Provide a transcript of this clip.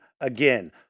again